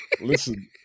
Listen